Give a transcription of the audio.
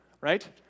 Right